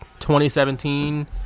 2017